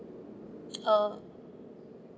uh